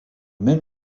même